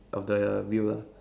of the wheel lah